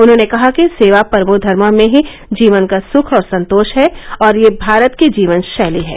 उन्होंने कहा कि सेवा परमो धर्म में ही जीवन का सुख और संतोष है और ये भारत की जीवन शैली है